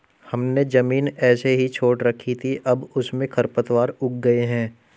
हमने ज़मीन ऐसे ही छोड़ रखी थी, अब उसमें खरपतवार उग गए हैं